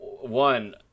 one